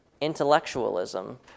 intellectualism